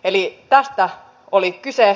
eli tästä oli kyse